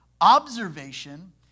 Observation